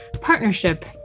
partnership